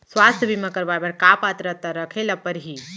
स्वास्थ्य बीमा करवाय बर का पात्रता रखे ल परही?